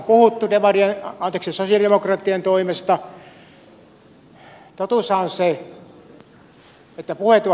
totuushan on se että puheet ovat puheita